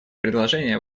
предложения